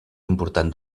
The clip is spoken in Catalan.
important